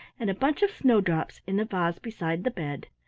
and a bunch of snowdrops in the vase beside the bed.